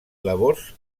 labors